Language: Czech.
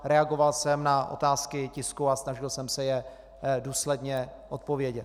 Reagoval jsem na otázky tisku a snažil jsem se je důsledně odpovědět.